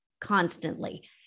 constantly